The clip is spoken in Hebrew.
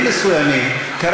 מספיק.